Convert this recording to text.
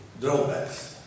drawbacks